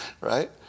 Right